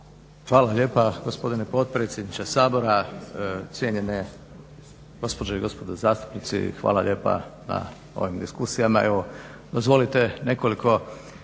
Hvala lijepa gospodine potpredsjedniče Sabora. Cijenjenje gospođe i gospodo zastupnici. Hvala lijepa na ovim diskusijama.